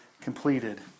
completed